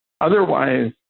Otherwise